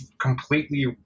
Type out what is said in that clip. completely